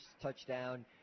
touchdown